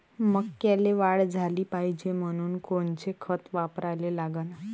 मक्याले वाढ झाली पाहिजे म्हनून कोनचे खतं वापराले लागन?